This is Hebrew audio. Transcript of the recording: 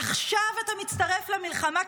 עכשיו אתה מצטרף לממשלה?